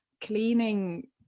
cleaning